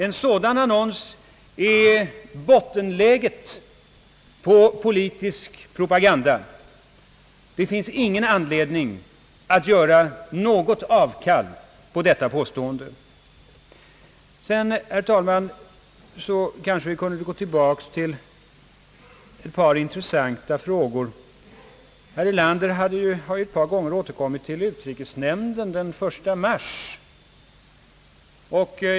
En sådan annons är ett bottenläge i politisk propaganda. Det finns igen anledning att göra något avkall på detta påstående. Sedan, herr talman, kanske vi kunde få gå tillbaka till en intressant fråga. Herr Erlander har ett par gånger återkommit till utrikesnämndens sammanträde den 1 mars.